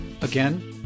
Again